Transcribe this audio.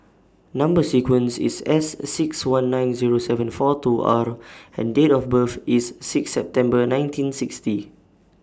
Number sequence IS S six one nine Zero seven four two R and Date of birth IS six September nineteen sixty